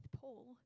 Paul